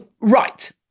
Right